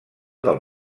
del